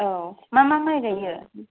औ मा मा माइ गायो